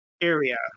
area